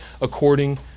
according